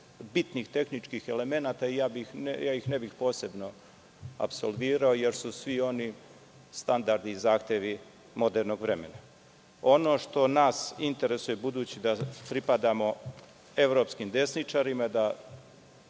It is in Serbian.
bitnih tehničkih elemenata i ne bi ih posebno apsolvirao jer su svi oni standardi i zahtevi modernog vremena. Ono što nas interesuje, budući da pripadamo evropskim desničarima, da